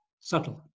subtle